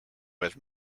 vez